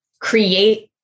Create